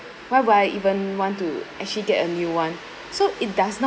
why would I even want to actually get a new one so it does not